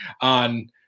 on